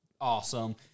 awesome